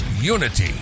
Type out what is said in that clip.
unity